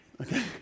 Okay